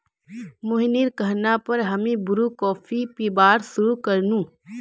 मोहिनीर कहना पर हामी ब्रू कॉफी पीबार शुरू कर नु